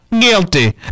guilty